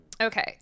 Okay